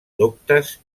doctes